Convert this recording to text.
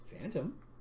Phantom